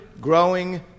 growing